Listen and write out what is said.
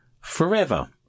forever